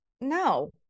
No